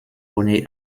ohne